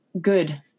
good